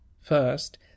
first